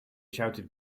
shouted